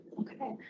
Okay